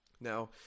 Now